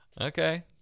Okay